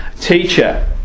Teacher